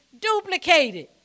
duplicated